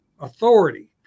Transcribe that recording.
authority